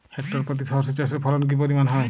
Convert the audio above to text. Hectare প্রতি সর্ষে চাষের ফলন কি পরিমাণ হয়?